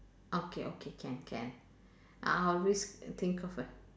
okay okay can can I always think of a